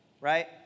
right